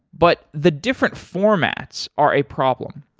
but the different formats are a problem.